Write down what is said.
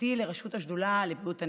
שותפתי לראשות השדולה לבריאות הנפש.